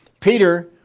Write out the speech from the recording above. Peter